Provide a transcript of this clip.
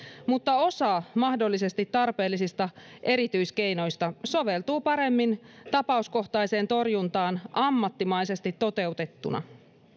mutta osa mahdollisesti tarpeellisista erityiskeinoista soveltuu paremmin tapauskohtaiseen torjuntaan ammattimaisesti toteutettuna